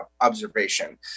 observation